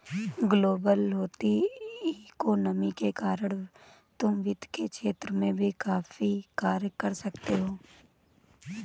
global होती economy के कारण तुम वित्त के क्षेत्र में भी काफी कार्य कर सकते हो